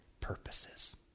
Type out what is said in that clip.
purposes